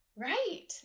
Right